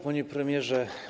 Panie Premierze!